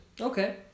okay